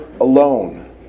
alone